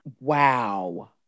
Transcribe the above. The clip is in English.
Wow